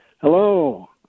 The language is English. Hello